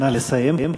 נא לסיים.